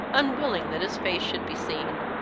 unwilling that his face should be seen.